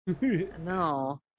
No